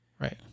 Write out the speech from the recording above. right